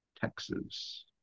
Texas